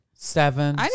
Seven